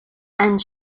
and